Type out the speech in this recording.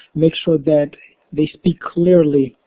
make sure that they speak clearly,